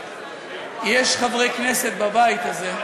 יש חברי כנסת בבית הזה,